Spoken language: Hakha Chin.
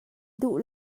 duh